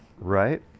Right